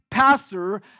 pastor